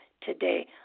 today